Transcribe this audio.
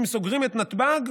אם סוגרים את נתב"ג